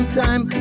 time